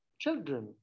Children